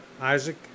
Isaac